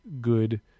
good